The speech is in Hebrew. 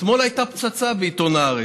אתמול הייתה פצצה בעיתון הארץ: